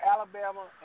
Alabama